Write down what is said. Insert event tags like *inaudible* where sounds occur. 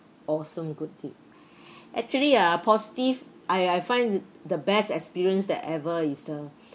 awesome good tip *breath* actually ah positive I I find the best experience that ever is the